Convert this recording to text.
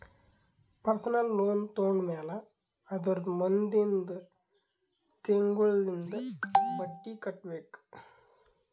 personal loan ತೊಂಡಮ್ಯಾಲ್ ಅದುರ್ದ ಮುಂದಿಂದ್ ತಿಂಗುಳ್ಲಿಂದ್ ಬಡ್ಡಿ ಕಟ್ಬೇಕ್